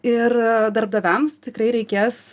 ir darbdaviams tikrai reikės